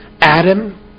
Adam